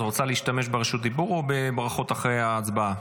את רוצה להשתמש ברשות דיבור או בברכות אחרי ההצבעה,